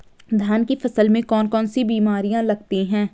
धान की फसल में कौन कौन सी बीमारियां लगती हैं?